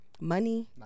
money